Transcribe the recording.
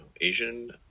Asian